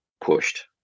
pushed